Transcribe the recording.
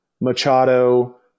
Machado